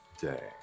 day